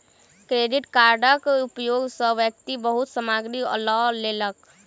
credit कार्डक उपयोग सॅ व्यक्ति बहुत सामग्री लअ लेलक